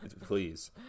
Please